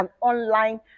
online